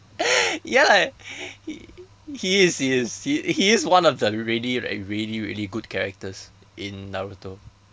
ya lah he he is he is he is one of the really like really really good characters in naruto